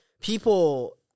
people